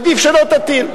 עדיף שלא תטיל.